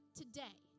today